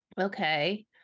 Okay